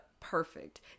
perfect